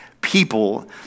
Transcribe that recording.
people